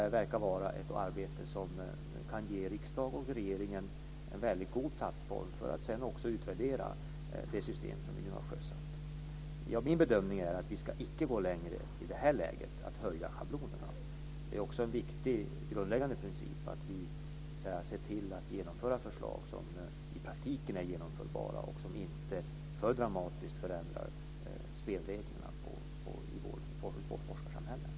Det verkar vara ett arbete som kan ge riksdag och regering en god plattform för att sedan utvärdera det system som vi nu har sjösatt. Min bedömning är att vi inte i det här läget ska höja schablonen. Det är en viktig grundläggande princip att se till att genomföra förslag som är genomförbara också i praktiken och inte för dramatiskt förändra spelreglerna i forskarsamhället.